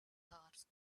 horse